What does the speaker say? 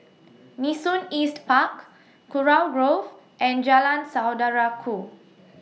Nee Soon East Park Kurau Grove and Jalan Saudara Ku